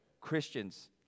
Christians